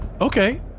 Okay